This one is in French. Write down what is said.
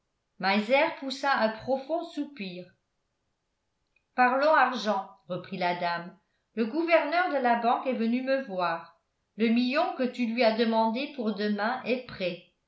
poussa un profond soupir parlons argent reprit la dame le gouverneur de la banque est venu me voir le million que tu lui as demandé pour demain est prêt